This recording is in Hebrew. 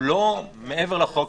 הוא לא מעבר לחוק,